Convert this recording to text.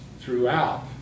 throughout